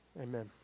Amen